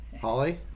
Holly